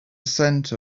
center